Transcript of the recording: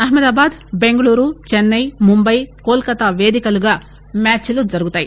Ahmedabad Bengaluru Chennai Mumbai Kolkata పేదికలుగా మ్యాచ్ లు జరుగుతాయి